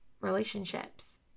relationships